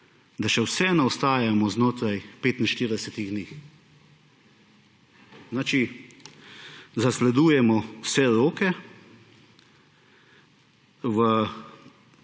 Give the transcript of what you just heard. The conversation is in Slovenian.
da še vseeno ostajamo znotraj 65 dni. Znači, zasledujemo vse roke,